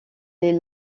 les